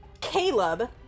Caleb